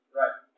right